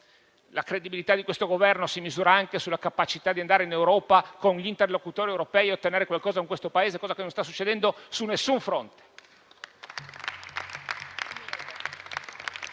La credibilità di questo Governo si misura anche sulla capacità di andare in Europa con gli interlocutori europei e ottenere qualcosa per questo Paese, cosa che non sta succedendo su nessun fronte.